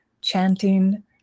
chanting